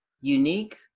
unique